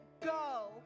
go